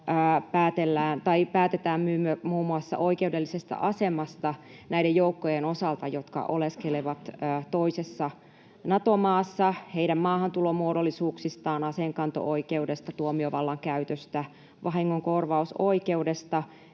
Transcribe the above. päätetään muun muassa oikeudellisesta asemasta näiden joukkojen osalta, jotka oleskelevat toisessa Nato-maassa, heidän maahantulomuodollisuuksistaan, aseenkanto-oikeudesta, tuomiovallan käytöstä, vahingonkorvausoikeudesta